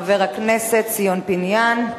חבר הכנסת ציון פיניאן.